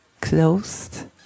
closed